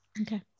Okay